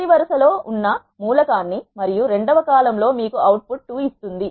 మొదటి వరుసలో అన్నా మూలకాన్ని మరియు రెండవ కాలమ్ లో మీకు అవుట్పుట్ 2 ఇస్తుంది